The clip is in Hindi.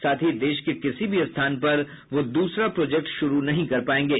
साथ ही देश के किसी भी स्थान पर वह दूसरा प्रोजेक्ट शुरू नहीं कर पायेंगे